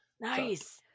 Nice